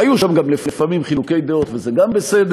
והיו שם גם לפעמים חילוקי דעות, וזה גם בסדר.